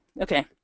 okay